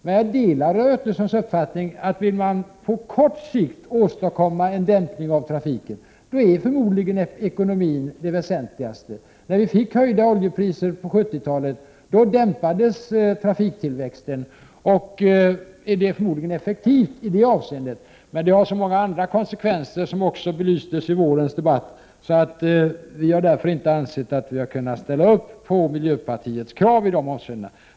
Men jag delar Roy Ottossons uppfattning att om man på kort sikt vill åstadkomma en dämpning av trafiken är ekonomin förmodligen den väsentligaste punkten. Då oljepriserna på 70-talet höjdes dämpades trafiktillväxten, och priserna var förmodligen effektiva i det avseendet. Men de har så många andra konsekvenser, som också belystes i vårens debatt. Vi har därför i regeringen inte ansett att vi har kunnat ställa upp på miljöpartiets krav i de avseendena.